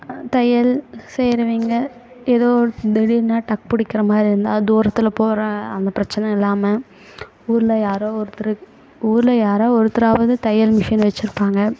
தையல் செய்யறவிங்க ஏதோ திடீர்னா டக் பிடிக்கிறமாரி இருந்தால் அது தூரத்தில் போகிற அந்த பிரச்சனை இல்லாமல் ஊரில் யாரோ ஒருத்தர் ஊரில் யாரா ஒருத்தராவது தையல் மிஷின் வச்சுருப்பாங்க